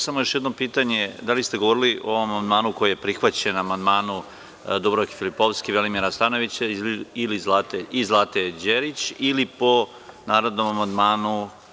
Samo još jednom pitanje – da li ste govorili o amandmanu koji je prihvaćen, amandmanu Dubravke Filipovski, Velimira Stanojevića i Zlate Đerić ili po amandmanu…